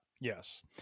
yes